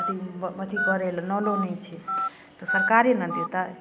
अथी अथी करैलए नलो नहि छै तऽ सरकारे ने देतै